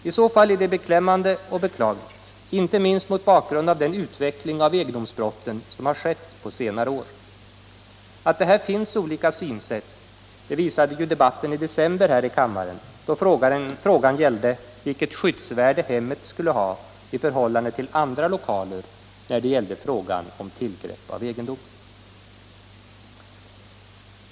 I så fall är det beklämmande och beklagligt, inte minst mot bakgrund av den utveckling av egendomsbrotten som har skett på senare år. Att det finns olika synsätt visade ju debatten i december här i kammaren, då frågan gällde vilket skyddsvärde hemmet skulle ha i förhållande till andra lokaler när det gällde tillgrepp av egendom.